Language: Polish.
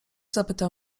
zapytał